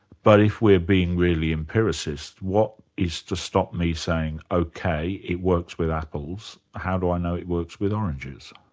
but if we're being really empiricist, what is to stop me saying ok, it works with apples, how do i know it works with oranges?